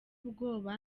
ubwoba